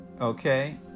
Okay